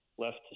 left